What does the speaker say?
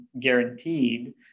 guaranteed